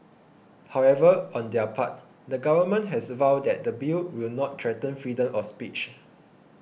however on their part the government has vowed that the Bill will not threaten freedom of speech